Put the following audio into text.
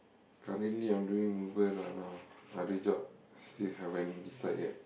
currently I'm doing mover lah now other job still haven't decide yet